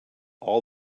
all